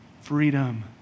Freedom